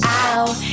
out